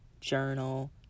Journal